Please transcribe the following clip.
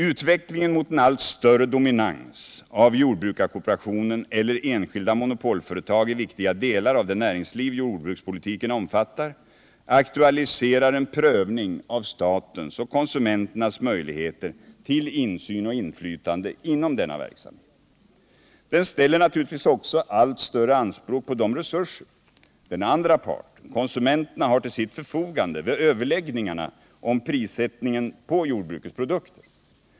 Utvecklingen mot en allt större dominans för jordbrukarkooperationen eller enskilda monopolföretag i viktiga delar av det näringsliv jordbrukspolitiken omfattar aktualiserar en prövning av statens och konsumenternas möjligheter till insyn och inflytande inom denna verksamhet. Den ställer naturligtvis också allt större anspråk på de resurser den andra parten, konsumenterna, har till sitt förfogande vid överläggningarna om prissättningen på jordbrukets produkter.